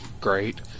great